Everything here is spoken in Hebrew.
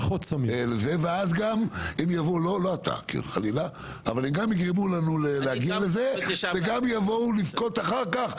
ואז הם גם יגרמו לנו להגיב לזה וגם יבואו לבכות אחר כך,